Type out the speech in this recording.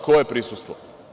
Koje prisustvo?